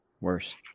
Worse